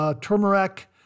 turmeric